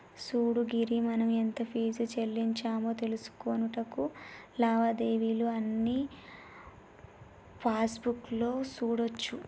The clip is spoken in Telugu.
సూడు గిరి మనం ఎంత ఫీజు సెల్లించామో తెలుసుకొనుటకు లావాదేవీలు అన్నీ పాస్బుక్ లో సూడోచ్చు